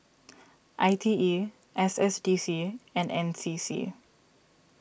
I T E S S D C and N C C